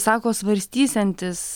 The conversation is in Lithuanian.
sako svarstysiantis